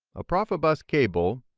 a profibus cable,